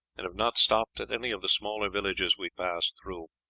and have not stopped at any of the smaller villages we passed through.